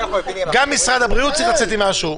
גם משרד הבריאות צריך לצאת עם משהו.